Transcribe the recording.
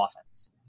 offense